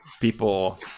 people